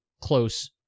close